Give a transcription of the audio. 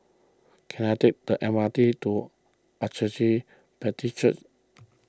can I take the M R T to Agape Baptist Church